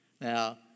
Now